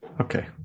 Okay